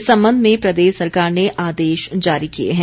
इस संबंध में प्रदेश सरकार ने आदेश जारी किए हैं